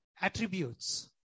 attributes